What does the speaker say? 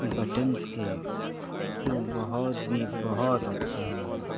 buttons کے وہ بہت ہی بہت اچھے ہیں وہ